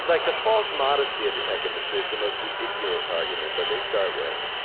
like the false modesty of the tech industry is the most ridiculous argument that they start with